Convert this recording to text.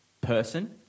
person